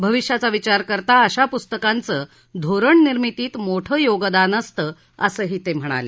भविष्याचा विचार करता अशा पुस्तकांचं धोरणनिर्मितीत मोठं योगदान असतं असंही ते म्हणाले